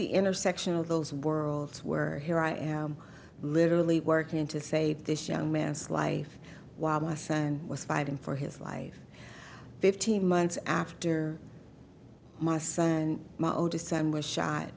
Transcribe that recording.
the intersection of those worlds were here i am literally working to save this young man's life while my son was fighting for his life fifteen months after my son and my oldest s